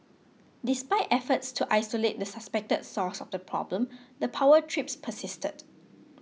despite efforts to isolate the suspected source of the problem the power trips persisted